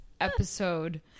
episode